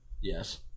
Yes